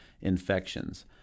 infections